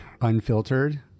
unfiltered